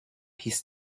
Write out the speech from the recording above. his